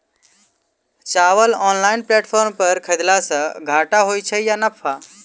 चावल online platform पर खरीदलासे घाटा होइ छै या नफा?